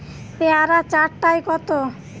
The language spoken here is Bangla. পেয়ারা চার টায় কত?